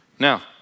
Now